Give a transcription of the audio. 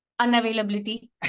Unavailability